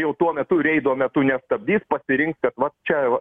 jau tuo metu reido metu nestabdys pasirinks kad vat čia